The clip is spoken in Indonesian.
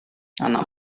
anak